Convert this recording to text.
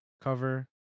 cover